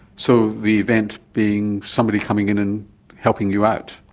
so the event being somebody coming in and helping you out?